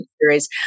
series